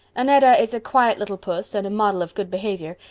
annetta is a quiet little puss and a model of good behavior,